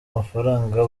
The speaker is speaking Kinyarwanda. amafaranga